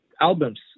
albums